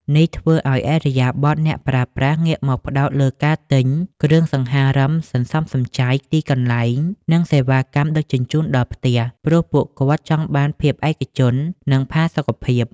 នេះធ្វើឱ្យឥរិយាបថអ្នកប្រើប្រាស់ងាកមកផ្ដោតលើការទិញ "គ្រឿងសង្ហារឹមសន្សំសំចៃទីកន្លែង" និងសេវាកម្មដឹកជញ្ជូនដល់ផ្ទះ ព្រោះពួកគាត់ចង់បានភាពឯកជន និងផាសុកភាព។